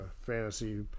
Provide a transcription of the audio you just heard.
fantasy